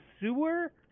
sewer